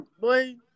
boy